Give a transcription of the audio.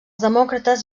demòcrates